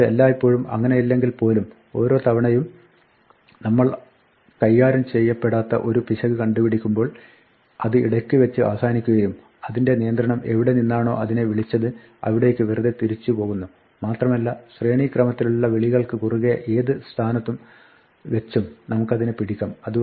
അതുകൊണ്ട് എല്ലായ്പ്പോഴും അങ്ങിനെയല്ലെങ്കിൽ പോലും ഓരോ തവണയും നമ്മൾ ആദ്യം നമ്മൾ കൈകാര്യം ചെയ്യപ്പടാത്ത ഒരു പിശക് കണ്ടുപിടിക്കുമ്പോൾ അത് ഇടയ്ക്ക് വെച്ച് അവസാനിക്കുകയും അതിന്റെ നിയന്ത്രണം എവിടെ നിന്നാണോ അതിനെ വിളിച്ചത് അവിടേയ്ക്ക് വെറുതെ തിരിച്ചുപോകുന്നു മാത്രമല്ല ശ്രേണീക്രമത്തിലുള്ള വിളികൾക്ക് കുറുകെ ഏത് സ്ഥാനത്തു വെച്ചും നമുക്കതിനെ പിടിക്കാം